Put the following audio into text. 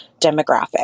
demographic